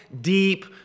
deep